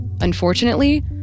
Unfortunately